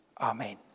Amen